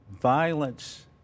Violence